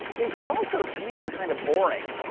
it also, to me, is kind of boring.